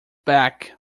back